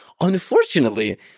Unfortunately